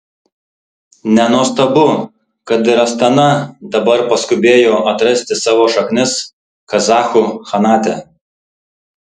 nenuostabu kad ir astana dabar paskubėjo atrasti savo šaknis kazachų chanate